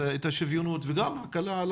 את השוויוניות וגם הקלה על